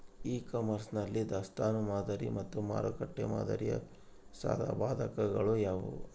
E commerce ನಲ್ಲಿ ದಾಸ್ತನು ಮಾದರಿ ಮತ್ತು ಮಾರುಕಟ್ಟೆ ಮಾದರಿಯ ಸಾಧಕಬಾಧಕಗಳು ಯಾವುವು?